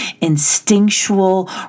instinctual